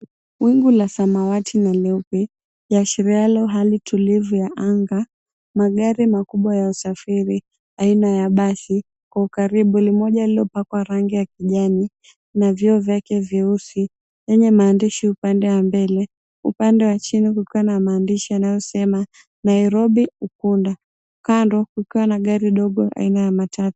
Wingu la damawati na leupe liashirialo hali tulivu ya anga, magari makubwa ya usafiri aina ya basi kwa ukaribu, limoja lililopakwa ranhi ya kijani lenye vioo vyeusi upande wa chini kukiwa na maandishi yanayosema, Nairobi-Ukunda, kando kukiwa na gari dogo aina ya matatu .